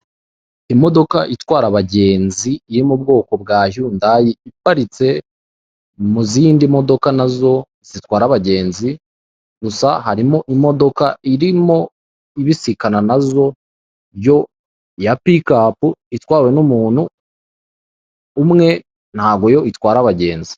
Imodoka itwara abagenzi iri mu bwoko bwa yundayi iparitse mu zindi modoka nazo zutwara abagenzi, gusa hari imodoka irimo ibisikana nazo yo ya pikapu itwawe n'umuntu umwe ntago yo itwara abagenzi.